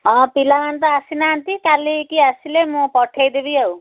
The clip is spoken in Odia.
ହଁ ପିଲାମାନେ ତ ଆସିନାହାନ୍ତି କାଲି କିି ଆସିଲେ ମୁଁ ପଠେଇଦେବି ଆଉ